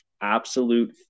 absolute